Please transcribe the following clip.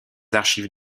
archives